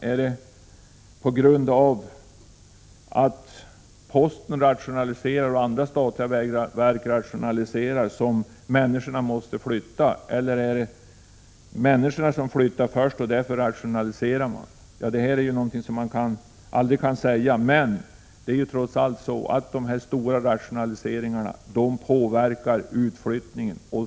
Är det på grund av att posten och andra statliga verk rationaliserar som människorna måste flytta, eller är det för att människorna först flyttat som man rationaliserar? Den frågan kan man aldrig svara på, men det är trots allt så, att dessa stora rationaliseringar påverkar utflyttningen.